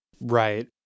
Right